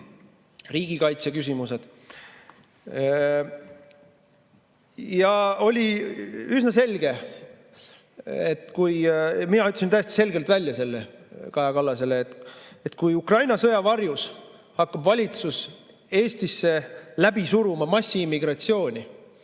riigikaitseküsimused. Ja oli üsna selge, mina ütlesin täiesti selgelt välja selle Kaja Kallasele, et kui Ukraina sõja varjus hakkab valitsus läbi suruma massiimmigratsiooni